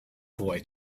boy